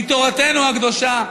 מתורתנו הקדושה,